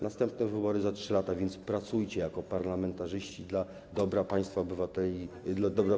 Następne wybory za 3 lata, więc pracujcie jako parlamentarzyści dla dobra państwa polskiego i obywateli.